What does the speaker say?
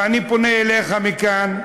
ואני פונה אליך מכאן,